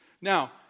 Now